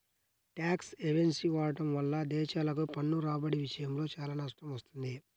tax హెవెన్ని వాడటం వల్ల దేశాలకు పన్ను రాబడి విషయంలో చాలా నష్టం వస్తుంది